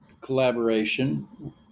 collaboration